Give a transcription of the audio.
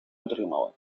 отримали